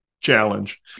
challenge